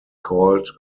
called